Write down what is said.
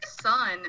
son